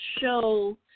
show